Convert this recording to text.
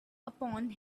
upon